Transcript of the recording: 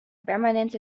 permanente